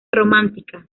romántica